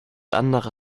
andere